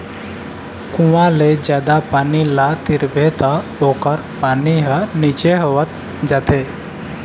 कुँआ ले जादा पानी ल तिरबे त ओखर पानी ह नीचे होवत जाथे